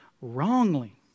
wrongly